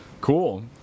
Cool